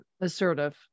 Assertive